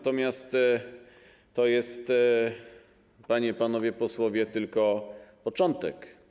To jest, panie i panowie posłowie, początek.